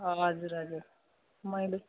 हजुर हजुर मैले